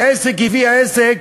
כשעסק הביא עסק,